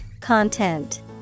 Content